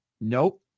Nope